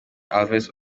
alves